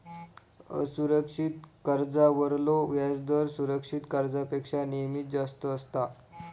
असुरक्षित कर्जावरलो व्याजदर सुरक्षित कर्जापेक्षा नेहमीच जास्त असता